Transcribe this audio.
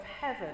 heaven